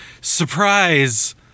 surprise